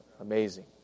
amazing